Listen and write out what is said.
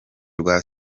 rwa